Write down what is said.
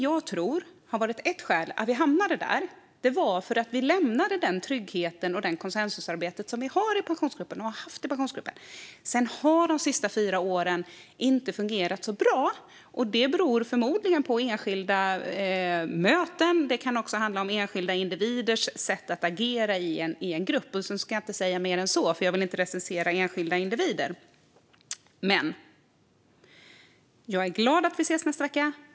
Jag tror att ett skäl till att vi hamnade där var för att vi lämnade den trygghet och det konsensusarbete som vi har och har haft i Pensionsgruppen. Sedan har det inte fungerat så bra de senaste fyra åren. Det beror förmodligen på enskilda möten. Det kan också handla om enskilda individers sätt att agera i en grupp. Sedan ska jag inte säga mer än så eftersom jag inte vill recensera enskilda individer. Jag är ändå glad över att vi ses i nästa vecka.